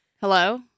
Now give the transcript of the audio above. Hello